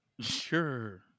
Sure